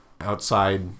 outside